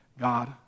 God